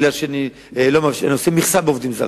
בגלל מכסה של עובדים זרים.